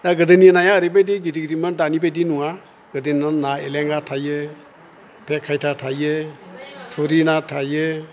दा गोदोनि नाया ओरैबायदि गिदिर गिदिरमोन दानि बायदि नङा गोदोनि ना एलेंगा थायो बेखायथा थायो थुरि ना थायो